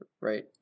right